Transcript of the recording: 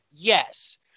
Yes